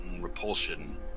repulsion